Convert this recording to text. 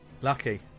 Lucky